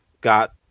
Got